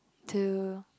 to